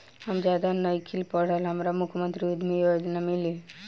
हम ज्यादा नइखिल पढ़ल हमरा मुख्यमंत्री उद्यमी योजना मिली?